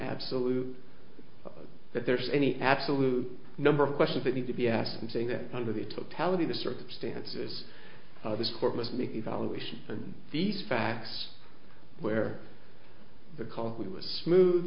absolute that there's any absolute number of questions that need to be asked i'm saying that under the totality the circumstances of this court must make evaluation and these facts where the cause was smooth